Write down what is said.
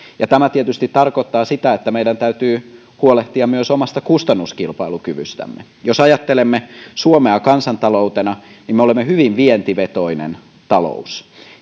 tämä tietysti tarkoittaa sitä että meidän täytyy huolehtia myös omasta kustannuskilpailukyvystämme jos ajattelemme suomea kansantaloutena niin me olemme hyvin vientivetoinen talous